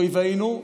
אויבינו,